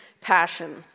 passion